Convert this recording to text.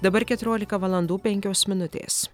dabar keturiolika valandų penkios minutės